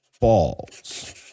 balls